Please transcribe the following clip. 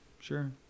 Sure